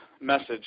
message